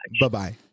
Bye-bye